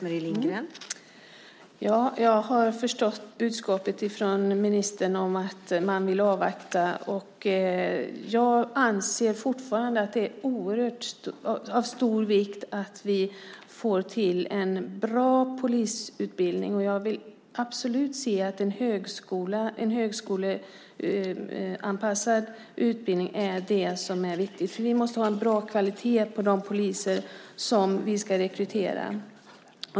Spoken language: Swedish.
Fru talman! Jag har förstått budskapet från ministern att man vill avvakta. Jag anser fortfarande att det är av oerhört stor vikt att vi får till stånd en bra polisutbildning. Och jag ser absolut en högskoleanpassad utbildning som viktig, för det måste vara bra kvalitet på de poliser som ska rekryteras.